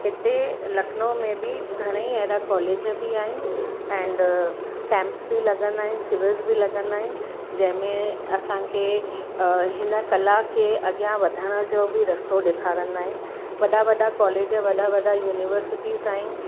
हिते लखनऊ में बि घणेई अहिड़ा कॉलेज बि आहिनि ऐंड कैम्प्स बि लॻंदा आहिनि शिविर्स लॻंदा आहिनि जंहिं में असांखे हिन कला खे अॻियां वधण जो बि रस्तो ॾेखारींदा आहिनि वॾा वॾा कॉलेज वॾा वॾा युनिवर्सिटीस आहिनि